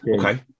Okay